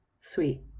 Sweet